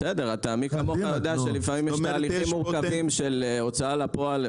מי כמוך יודע שלפעמים יש תהליכים מורכבים של הוצאה לפועל,